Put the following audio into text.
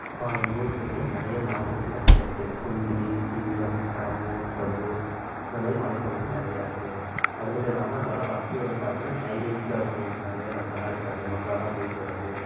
எங்கள் ஊர் சைடில் நிறைய மலைப்பகுதி நிறைய இருக்குது குன்றி திம்பம் கடம்பூர் பருகூர் அது மாதிரி மலைப்பகுதி நிறைய இருக்குது அது மட்டுல்லாமல் அங்கெலாம் பஸ் வந்து பார்த்திங்ன்னா டைமிங்க்கு தான் இருக்கும் நிறைய பஸ் எல்லாம் இருக்காது மக்களாக தான் போயிட்டு வரக்கு